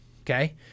okay